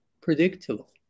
predictable